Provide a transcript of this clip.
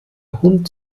hund